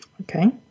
Okay